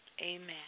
amen